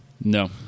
No